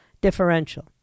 differential